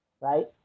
Right